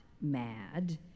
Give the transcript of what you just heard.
mad